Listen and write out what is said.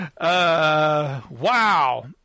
Wow